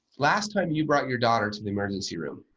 last time you brought your daughter to the emergency room